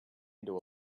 into